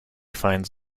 finds